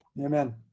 Amen